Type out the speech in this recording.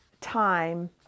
time